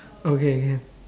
okay can